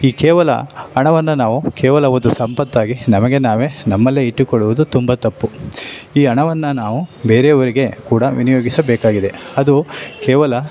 ಈ ಕೇವಲ ಹಣವನ್ನು ನಾವು ಕೇವಲ ಒಂದು ಸಂಪತ್ತಾಗಿ ನಮಗೆ ನಾವೇ ನಮ್ಮಲ್ಲೇ ಇಟ್ಟುಕೊಳ್ಳುವುದು ತುಂಬ ತಪ್ಪು ಈ ಹಣವನ್ನ ನಾವು ಬೇರೆಯವರಿಗೆ ಕೂಡ ವಿನಿಯೋಗಿಸಬೇಕಾಗಿದೆ ಅದು ಕೇವಲ